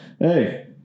Hey